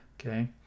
Okay